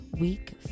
week